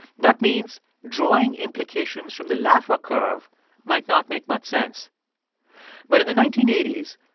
that means drawing implications from the laffer curve might not make much sense but in the nineteen eighty s,